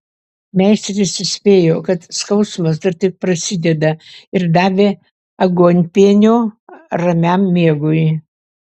meisteris įspėjo kad skausmas dar tik prasideda ir davė aguonpienio ramiam miegui